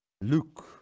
Luke